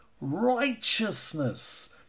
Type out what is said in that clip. righteousness